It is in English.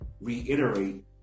reiterate